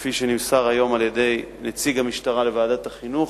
כפי שנמסר היום על-ידי נציג המשטרה לוועדת החינוך,